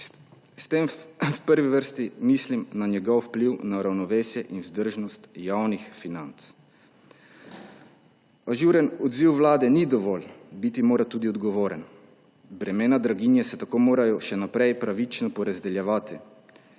S tem v prvi vrsti mislim na njegov vpliv na ravnovesje in vzdržnost javnih financ. Ažuren odziv vlade ni dovolj, biti mora tudi odgovoren. Bremena draginje se tako morajo še naprej pravično porazdeljevati,